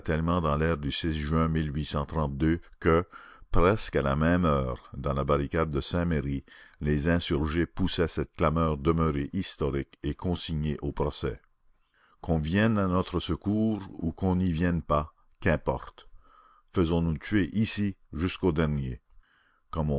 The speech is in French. dans l'air du juin que presque à la même heure dans la barricade de saint-merry les insurgés poussaient cette clameur demeurée historique et consignée au procès qu'on vienne à notre secours ou qu'on n'y vienne pas qu'importe faisons-nous tuer ici jusqu'au dernier